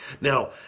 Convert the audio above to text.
Now